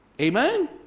Amen